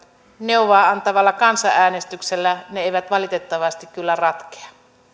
neuvoa antavalla kansanäänestyksellä ne eivät valitettavasti kyllä ratkea